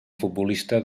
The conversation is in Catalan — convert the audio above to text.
futbolista